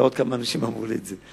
אלא עוד כמה אנשים אמרו לי את זה.